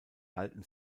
alten